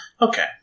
Okay